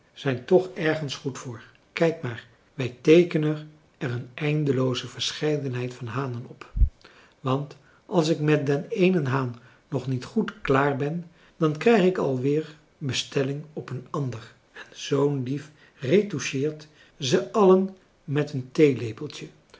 zijn toch ergens goed voor kijk maar wij teekenen er een eindelooze verscheidenheid van hanen op want als ik met den eenen haan nog niet goed klaar ben dan krijg ik alweer bestelling op een ander en zoonlief retoucheert ze allen met een